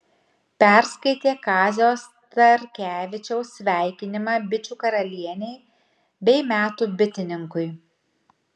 perskaitė kazio starkevičiaus sveikinimą bičių karalienei bei metų bitininkui